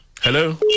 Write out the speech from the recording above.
hello